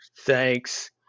Thanks